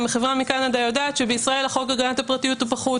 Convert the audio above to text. אם החברה מקנדה יודעת שבישראל החוק הגנת הפרטיות הוא פחות?